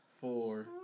four